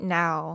now